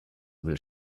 will